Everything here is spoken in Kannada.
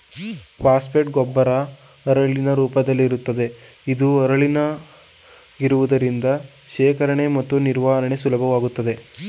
ಫಾಸ್ಫೇಟ್ ಗೊಬ್ಬರ ಹರಳಿನ ರೂಪದಲ್ಲಿರುತ್ತದೆ ಇದು ಹರಳಾಗಿರುವುದರಿಂದ ಶೇಖರಣೆ ಮತ್ತು ನಿರ್ವಹಣೆ ಸುಲಭವಾಗಿದೆ